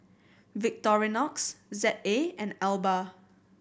Victorinox Z A and Alba